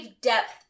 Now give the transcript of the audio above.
depth